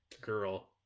girl